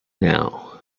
now